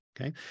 Okay